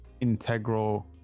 integral